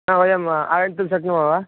ह वयं आगन्तुं शक्नुमः वा